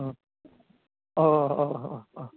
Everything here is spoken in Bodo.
ओह अह अह अह अह